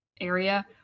area